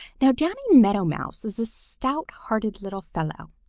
now danny meadow mouse is a stout-hearted little fellow,